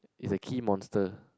is a key monster